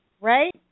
Right